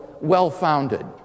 well-founded